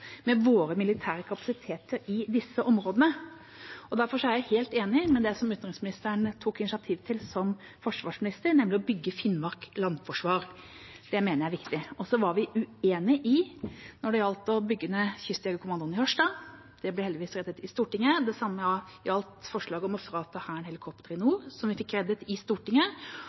med våre militære kapasiteter i disse områdene. Derfor er jeg helt enig med det som utenriksministeren tok initiativ til som forsvarsminister, nemlig å bygge Finnmark landforsvar. Det mener jeg er viktig. Så var vi uenige når det gjaldt å bygge ned Kystjegerkommandoen i Harstad. Det ble heldigvis reddet i Stortinget. Det samme gjaldt forslaget om å frata Hæren helikoptre i nord, som vi fikk reddet i Stortinget.